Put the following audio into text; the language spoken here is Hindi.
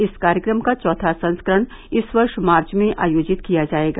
इस कार्यक्रम का चौथा संस्करण इस वर्ष मार्च में आयोजित किया जाएगा